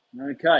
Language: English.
Okay